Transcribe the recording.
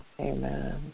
Amen